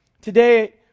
Today